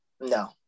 no